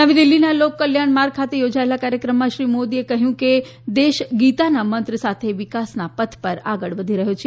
નવી દિલ્ફીના લોક કલ્યાણ માર્ગ ખાતે યોજાયેલા કાર્યક્રમમાં શ્રી મોદીએ કહ્યું હતું કે ભારત દેશ ગીતાના મંત્ર સાથે વિકાસના પથ પર આગળ વધી રહયો છે